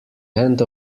end